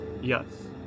Yes